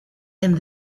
and